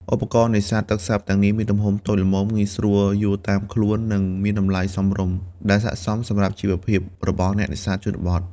ឧបករណ៍នេសាទទឹកសាបទាំងនេះមានទំហំតូចល្មម ងាយស្រួលយួរតាមខ្លួន និងមានតម្លៃសមរម្យ ដែលស័ក្តិសមសម្រាប់ជីវភាពរបស់អ្នកនេសាទជនបទ។